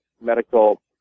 medical